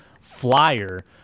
flyer